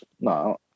no